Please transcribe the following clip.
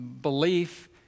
Belief